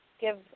give